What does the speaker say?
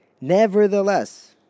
Nevertheless